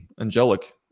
angelic